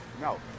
No